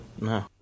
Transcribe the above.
No